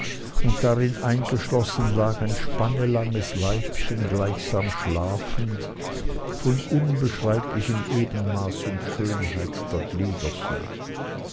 und darin eingeschlossen lag ein spannelanges weibchen gleichsam schlafend von unbeschreiblichem ebenmaß und schönheit der gliederchen